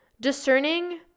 Discerning